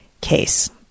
case